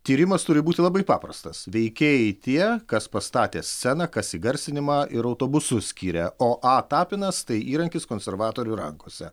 tyrimas turi būti labai paprastas veikėjai tie kas pastatė sceną kas įgarsinimą ir autobusus skyrė o a tapinas tai įrankis konservatorių rankose